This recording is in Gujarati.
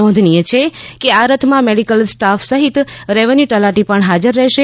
નોંધનીય છે કે આ રથમાં મેડીકલ સ્ટાફ સહિત રેવન્યુ તલાટી પણ હાજર રહેશે